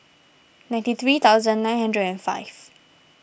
ninety three thousand nine hundred and five